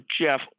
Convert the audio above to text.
Jeff